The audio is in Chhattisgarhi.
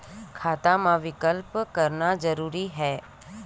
खाता मा विकल्प करना जरूरी है?